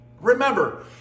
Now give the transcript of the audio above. Remember